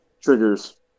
triggers